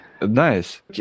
nice